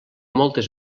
moltes